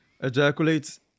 Ejaculates